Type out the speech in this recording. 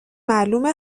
معلومه